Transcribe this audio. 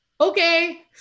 okay